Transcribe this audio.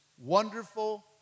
wonderful